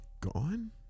gone